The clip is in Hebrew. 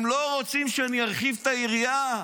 הם לא רוצים שאני ארחיב את היריעה.